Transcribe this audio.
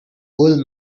old